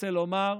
רוצה לומר,